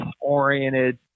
oriented